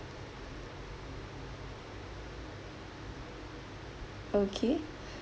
okay